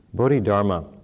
Bodhidharma